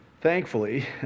Thankfully